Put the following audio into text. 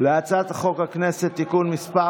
הצעת חוק הכנסת (תיקון מס'